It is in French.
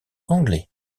anglais